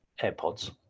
AirPods